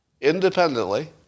independently